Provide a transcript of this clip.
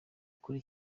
kuri